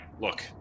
look